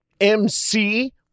mc